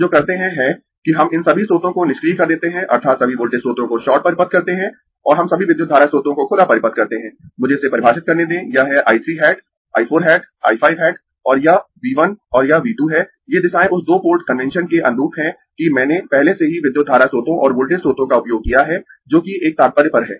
हम जो करते है है कि हम इन सभी स्रोतों को निष्क्रिय कर देते है अर्थात् सभी वोल्टेज स्त्रोतों को शॉर्ट परिपथ करते है और हम सभी विद्युत धारा स्त्रोतों को खुला परिपथ करते है मुझे इसे परिभाषित करने दें यह है I 3 hat I 4 hat I 5 hat और यह V 1 और यह V 2 है ये दिशाएं उस दो पोर्ट कन्वेंशन के अनुरूप है कि मैंने पहले से ही विद्युत धारा स्रोतों और वोल्टेज स्रोतों का उपयोग किया है जो कि एक तात्पर्य पर है